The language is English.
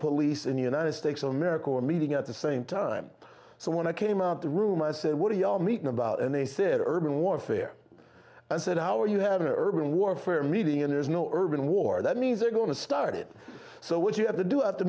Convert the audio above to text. police in the united states of america were meeting at the same time so when i came out the room i said what are you all meeting about and they said urban warfare and said our you had an urban warfare meeting and there's no urban war that means you're going to start it so what you have to do